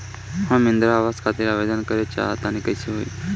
हम इंद्रा आवास खातिर आवेदन करे क चाहऽ तनि कइसे होई?